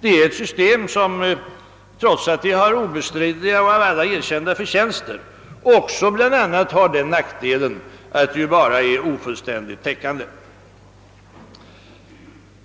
Det är ett system som, trots att det har obestridliga och av alla erkända förtjänster, bl.a. har nackdelen att vara ofullständigt täckande.